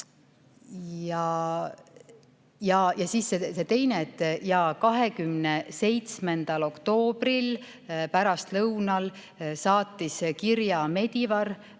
Ja siis see teine küsimus. 27. oktoobri pärastlõunal saatis kirja Medivar